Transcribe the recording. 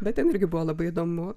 bet ten irgi buvo labai įdomu